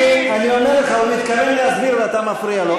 אני עונה לך, הוא מתכוון להסביר ואתה מפריע לו.